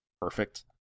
perfect